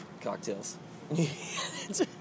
cocktails